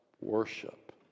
worship